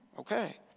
okay